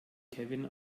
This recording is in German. kevin